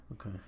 okay